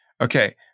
Okay